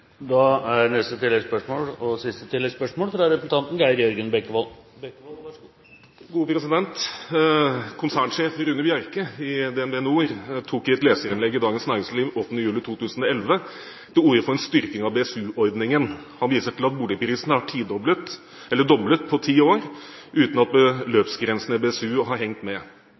Geir Jørgen Bekkevold – til oppfølgingsspørsmål. Konsernsjef Rune Bjerke i DNB tok i et leserinnlegg i Dagens Næringsliv 8. juli 2011 til orde for en styrking av BSU-ordningen. Han viste til at boligprisene var blitt doblet på ti år, uten at beløpsgrensene i BSU hadde hengt med.